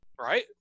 right